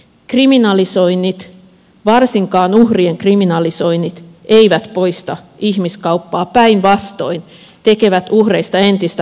kriminalisoinnit varsinkaan uhrien kriminalisoinnit eivät poista ihmiskauppaa päinvastoin tekevät uhreista entistä haavoittuvaisempia